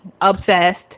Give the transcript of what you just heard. obsessed